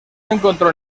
encontró